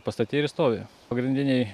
pastatei ir stovi pagrindiniai